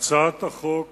הצעת החוק